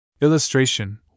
Illustration